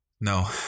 no